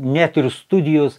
net ir studijos